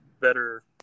better